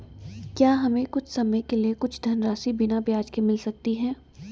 क्या हमें कुछ समय के लिए कुछ धनराशि बिना ब्याज के मिल सकती है?